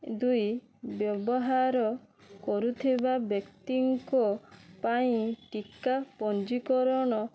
ଦୁଇ ବ୍ୟବହାର କରୁଥିବା ବ୍ୟକ୍ତିଙ୍କ ପାଇଁ ଟିକା ପଞ୍ଜୀକରଣ